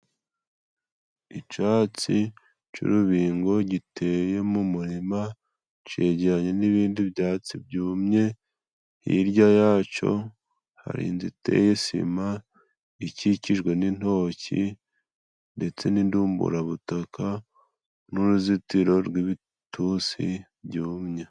Icatsi c'urubingo giteye mu murima cegeranye n'ibindi byatsi byumye, hirya yaco hari inzu iteye sima ikikijwe n'intoki ndetse n'indumburabutaka n'uruzitiro rw'ibitusi byumye.